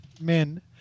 men